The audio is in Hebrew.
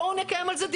בואו נקיים על זה דיון.